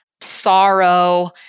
sorrow